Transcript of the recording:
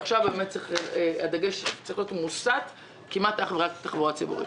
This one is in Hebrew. אבל עכשיו הדגש צריך להיות מוסט כמעט אך ורק לתחבורה ציבורית.